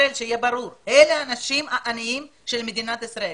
אלה האנשים העניים של מדינת ישראל,